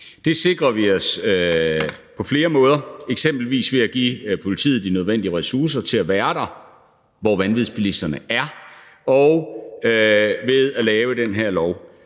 Det sikrer vi på flere måder, eksempelvis ved at give politiet de nødvendige ressourcer til at være dér, hvor vanvidsbilisterne er, og ved at lave den her lov